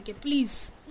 Please